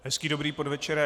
Hezký dobrý podvečer.